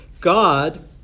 God